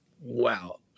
Wow